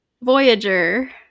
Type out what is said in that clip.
Voyager